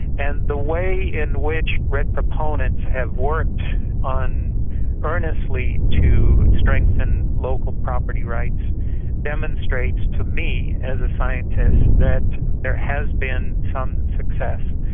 and the way in which redd proponents have worked earnestly earnestly to strengthen local property rights demonstrates to me as a scientist that there has been some success.